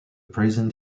present